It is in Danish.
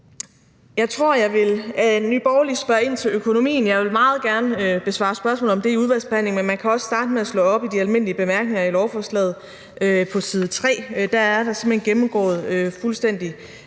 her ordning. Nye Borgerlige spørger ind til økonomien, og jeg vil meget gerne besvare spørgsmål om det i udvalgsbehandlingen, men man kan også starte med at slå op på side 3 i de almindelige bemærkninger i lovforslaget. Der er det simpelt hen gennemgået fuldstændig